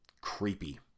creepy